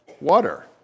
water